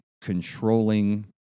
controlling